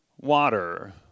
water